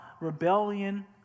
rebellion